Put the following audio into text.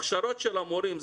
הכשרות של המורים,